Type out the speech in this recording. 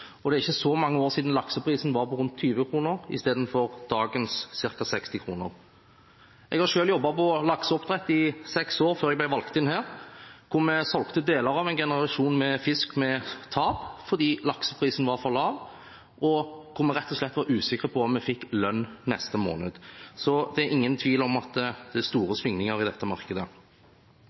og det er ikke så mange år siden lakseprisen var på rundt 20 kr istedenfor dagens ca. 60 kr. Jeg har selv jobbet innen lakseoppdrett i seks år før jeg ble valgt inn her, hvor vi solgte deler av en generasjon med fisk med tap fordi lakseprisen var for lav, og hvor vi rett og slett var usikre på om vi fikk lønn neste måned. Så det er ingen tvil om at det er store svingninger i dette markedet.